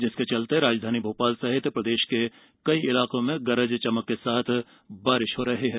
जिसके चलते राजधानी भोपाल समेत प्रदेश के कई इलाकों में गरज चमक के साथ बारिश हो रही है